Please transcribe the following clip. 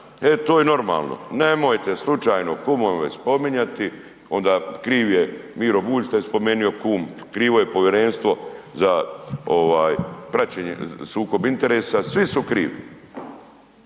e to je normalno, nemojte slučajno kumove spominjati onda kriv je Miro Bulj što je spomenu kum, krivo je povjerenstvo za ovaj praćenje sukob interesa, svi su krivi.